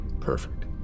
Perfect